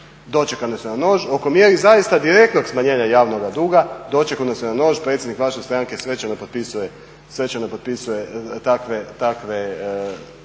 dočekane su na nož. Oko mjeri zaista direktnog smanjenja javnoga duga dočekao nas je na nož predsjednik vaše stranke svečano potpisuje takve